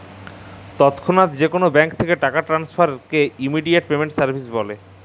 তৎক্ষনাৎ যে কোলো ব্যাংক থ্যাকে টাকা টেনেসফারকে ইমেডিয়াতে পেমেন্ট সার্ভিস ব্যলে